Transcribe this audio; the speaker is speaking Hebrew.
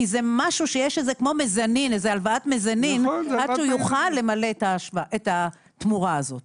כי זה משהו כמו הלוואת מזנין עד שהוא יוכל למלא את התמורה הזאת.